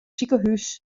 sikehús